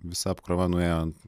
visa apkrova nuėjo ant